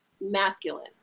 masculine